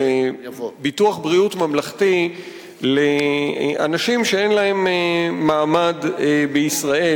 ביטוח בריאות ממלכתי לאנשים שאין להם מעמד בישראל,